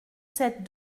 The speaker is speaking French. sept